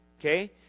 Okay